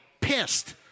pissed